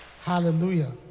Hallelujah